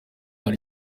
hari